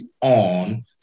on